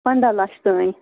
پنٛداہ لَچھ تانۍ